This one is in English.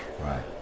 Right